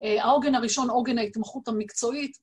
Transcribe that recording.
‫העוגן הראשון, ‫עוגן ההתמחות המקצועית.